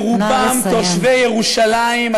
רובם תושבי ירושלים.